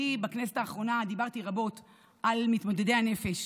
אני בכנסת האחרונה דיברתי רבות על מתמודדי הנפש